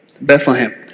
Bethlehem